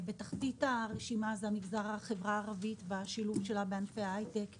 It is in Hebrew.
בתחתית הרשימה של השילוב בענפי ההייטק נמצאת החברה הערבית.